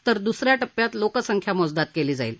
तर दुसऱ्या टप्प्यात लोकसंख्या मोजदाद केली जाईल